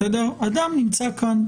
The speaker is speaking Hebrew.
אדם נמצא כאן,